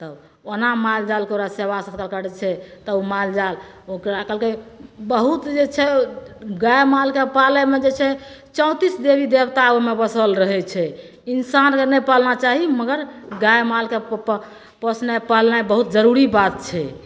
तब ओना माल जाल ओकरा सेवा सुखरा करै छै तऽ ओ माल जाल ओकरा कहलकै बहुत जे छै गाय मालके पालैमे जे छै चौंतीस देवी देवता ओहिमे बसल रहै छै इंसान ओ नहि पालना चाही मगर गाय मालके तऽ पोसनाइ पालनाइ बहुत जरूरी बात छै